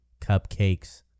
cupcakes